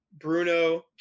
bruno